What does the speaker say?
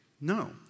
no